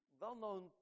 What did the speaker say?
well-known